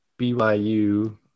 BYU